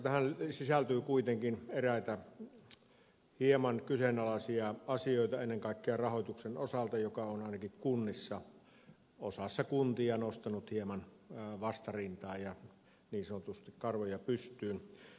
tähän sisältyy kuitenkin eräitä hieman kyseenalaisia asioita ennen kaikkea rahoituksen osalta joka on ainakin kunnissa osassa kuntia nostanut hieman vastarintaa ja niin sanotusti karvoja pystyyn